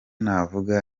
navuga